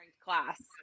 class